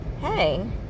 hey